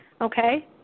okay